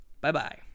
bye-bye